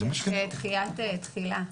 תחילת תחולה.